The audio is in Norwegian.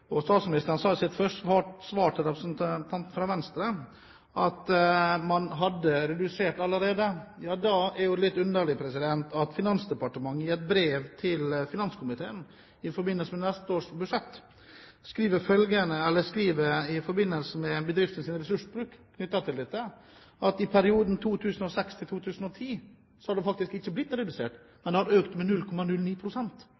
Statsministeren sa i sitt andre svar til representanten fra Venstre at man hadde redusert papirarbeidet allerede. Ja, da er det jo litt underlig at Finansdepartementet i et brev til finanskomiteen i forbindelse med neste års budsjett når det gjelder bedriftenes ressursbruk knyttet til dette, skriver at det i perioden 2006–2010 faktisk ikke har blitt redusert, men at det har økt med 0,09 pst. Så